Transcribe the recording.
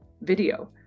video